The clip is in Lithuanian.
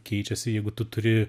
keičiasi jeigu tu turi